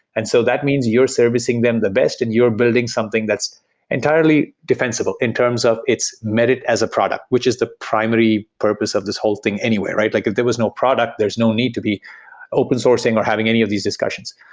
and so that means you're servicing them the best and you're building something that's entirely defensible in terms of its merit as a product, which is the primary purpose of this whole thing anywhere. like if there was no product, there's no need to be open sourcing or having any of these discussions.